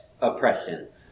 oppression